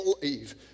believe